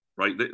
Right